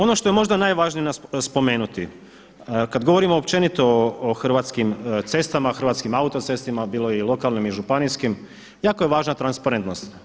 Ono što je možda najvažnije spomenuti, kada govorimo općenito o Hrvatskim cestama, o Hrvatskim autocestama bilo i lokalnim i županijskim, jako je važna transparentnost.